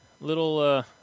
little